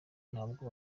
ntabwo